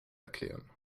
erklären